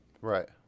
right